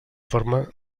forma